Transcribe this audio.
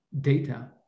data